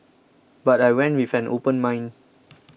but I went with an open mind